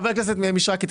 חבר הכנסת מישרקי,